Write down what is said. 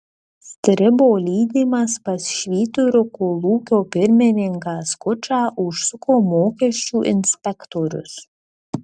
stribo lydimas pas švyturio kolūkio pirmininką skučą užsuko mokesčių inspektorius